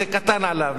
זה קטן עליו,